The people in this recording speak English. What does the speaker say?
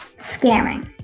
scamming